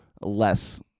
less